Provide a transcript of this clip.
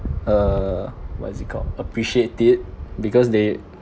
uh what is it called appreciate it because they